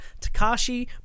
Takashi